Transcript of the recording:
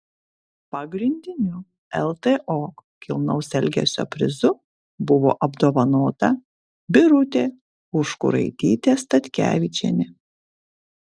pagrindiniu ltok kilnaus elgesio prizu buvo apdovanota birutė užkuraitytė statkevičienė